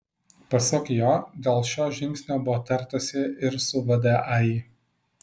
pasak jo dėl šio žingsnio buvo tartasi ir su vdai